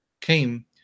came